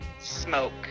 smoke